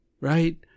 Right